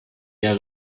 der